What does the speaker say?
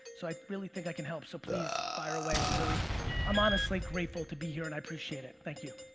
so i really think i can help. so please fire away. and i'm um honestly grateful to be here and i appreciate it. thank you.